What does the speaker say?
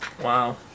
Wow